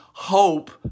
hope